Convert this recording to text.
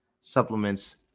supplements